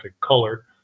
color